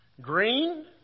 green